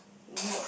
not